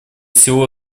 всего